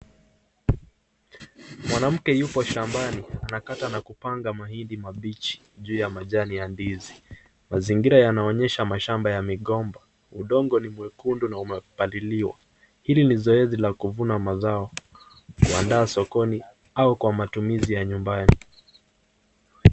Mwanamke yuko shambani anakata nakupanga mahindi mabichi juu ya majani ya ndizi, mazingira ya naonyesha mashamba ya migomba udongo ni mwekundu na umepaliliwa. Hili nizoezi la kuvuna mazao kuandaa sokoni au kwa matumizi ya nyumbani.